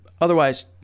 Otherwise